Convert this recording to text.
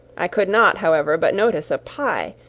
i could not, however, but notice a pie,